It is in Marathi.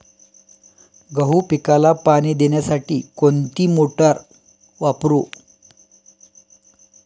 गहू पिकाला पाणी देण्यासाठी कोणती मोटार वापरू?